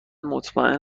مطمئن